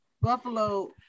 Buffalo